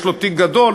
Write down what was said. יש לו תיק גדול,